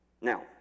Now